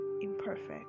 imperfect